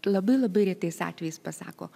labai labai retais atvejais pasako